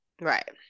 right